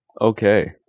okay